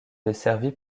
desservie